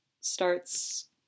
starts